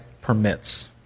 permits